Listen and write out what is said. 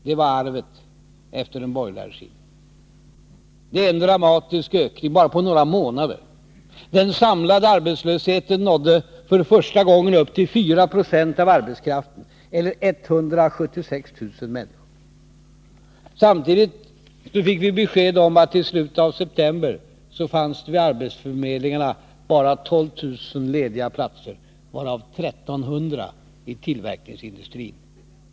Det var arvet efter den borgerliga regeringen. Det är en dramatisk ökning på bara några månader. Den samlade arbetslösheten nådde för första gången upp till 4 90 av arbetskraften, eller 176 000 människor. Samtidigt fick vi besked om att i slutet av september fanns det vid arbetsförmedlingarna bara 12 000 lediga platser varav 1300 i tillverkningsindustrin.